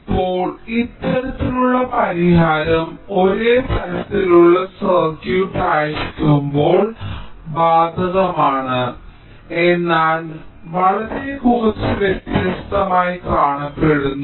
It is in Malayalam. ഇപ്പോൾ ഇത്തരത്തിലുള്ള പരിഹാരം ഒരേ തരത്തിലുള്ള സർക്യൂട്ട് ആയിരിക്കുമ്പോൾ ബാധകമാണ് എന്നാൽ വളരെ കുറച്ച് വ്യത്യസ്തമായി കാണപ്പെടുന്നു